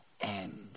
end